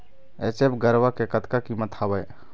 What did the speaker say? HF गरवा के कतका कीमत हवए?